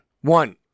One